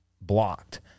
blocked